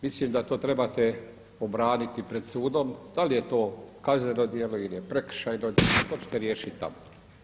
Mislim da to trebate obraniti pred sudom da li je to kazneno djelo ili prekršajno, to ćete riješiti tamo.